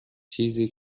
چیزی